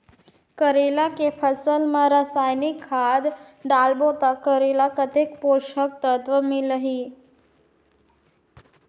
करेला के फसल मा रसायनिक खाद डालबो ता करेला कतेक पोषक तत्व मिलही?